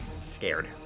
scared